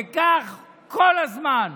וכך כל הזמן.